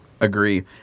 Agree